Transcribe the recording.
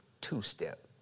two-step